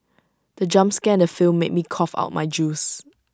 the jump scare in the film made me cough out my juice